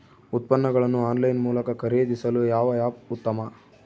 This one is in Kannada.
ಉತ್ಪನ್ನಗಳನ್ನು ಆನ್ಲೈನ್ ಮೂಲಕ ಖರೇದಿಸಲು ಯಾವ ಆ್ಯಪ್ ಉತ್ತಮ?